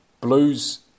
Blues